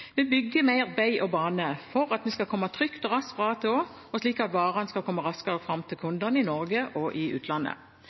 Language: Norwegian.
Vi bygger mer vei og bane for at vi skal komme trygt og raskt fra A til Å, og slik at varene skal komme raskere fram til